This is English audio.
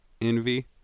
envy